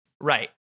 Right